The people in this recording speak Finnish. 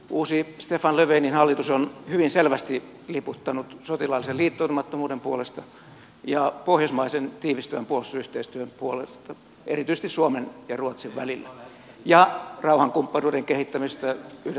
uusi stefan löfvenin hallitus on hyvin selvästi liputtanut sotilaallisen liittoutumattomuuden puolesta ja pohjoismaisen tiivistyvän puolustusyhteistyön puolesta erityisesti suomen ja ruotsin välillä ja rauhankumppanuuden kehittämisen puolesta yhdessä suomen kanssa